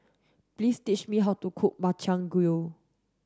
please teach me how to cook Makchang Gui